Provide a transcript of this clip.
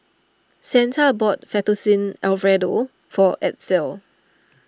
Santa bought Fettuccine Alfredo for Edsel